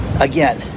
again